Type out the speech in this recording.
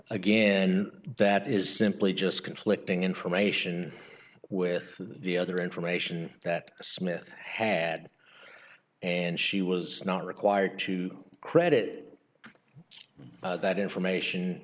again that is simply just conflicting information with the other information that smith had and she was not required to credit that information